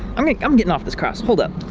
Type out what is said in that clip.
i'm like i'm getting off this crafts. hold up.